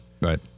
Right